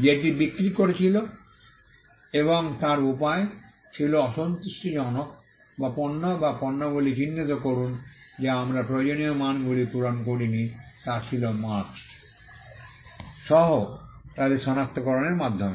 যে এটি বিক্রি করেছিল এবং তার উপায় ছিল অসন্তুষ্টিজনক পণ্য বা পণ্যগুলি চিহ্নিত করুন যা আমরা প্রয়োজনীয় মানগুলি পূরণ করি নি তা ছিল মার্ক্স্ সহ তাদের সনাক্তকরণের মাধ্যমে